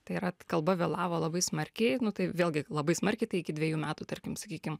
tai yra kalba vėlavo labai smarkiai tai vėlgi labai smarkiai tai iki dvejų metų tarkim sakykim